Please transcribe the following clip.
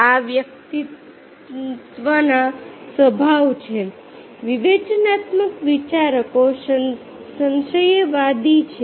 આ વ્યક્તિત્વના સ્વભાવ છે વિવેચનાત્મક વિચારકો સંશયવાદી છે